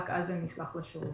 רק אז זה נשלח לשירות.